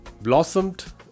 blossomed